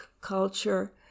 culture